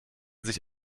sich